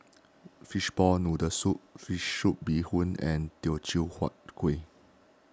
Fishball Noodle Soup Fish Soup Bee Hoon and Teochew Huat Kuih